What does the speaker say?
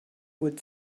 would